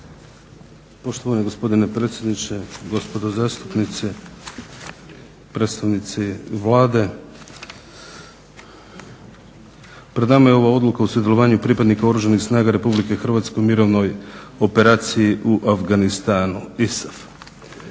Poštovani gospodine predsjedniče, gospodo zastupnici, predstavnici Vlade. Pred nama je ova Odluka o sudjelovanju pripadnika Oružanih snaga RH u mirovnoj operaciji u Afganistanu ISAF.